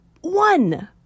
one